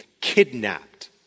kidnapped